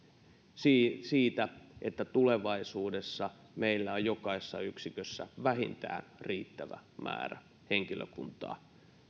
on siitä että tulevaisuudessa meillä on jokaisessa yksikössä vähintään riittävä määrä henkilökuntaa